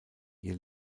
ihr